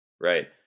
right